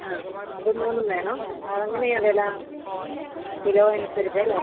ആ അത് മൂന്നും വേണം ആ എങ്ങനെയാ വില കിലോ അനുസരിച്ചല്ലേ